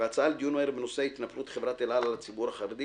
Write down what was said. והצעה לדיון מהיר בנושא: התנפלות חברת אל על על הציבור החרדי,